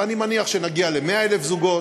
ואני מניח שנגיע ל-100,000 זוגות,